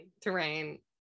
terrain